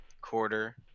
quarter